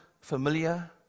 familiar